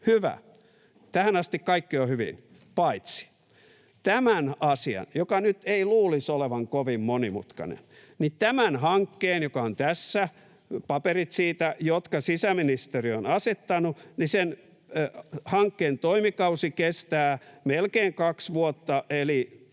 Hyvä, tähän asti kaikki on hyvin, paitsi: Tämän asian, jonka nyt ei luulisi olevan kovin monimutkainen, tämän hankkeen — jonka paperit ovat tässä — jonka sisäministeriö on asettanut, toimikausi kestää melkein kaksi vuotta eli